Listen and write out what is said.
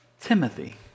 Timothy